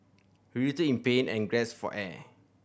he writhed in pain and gasped for air